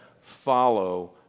follow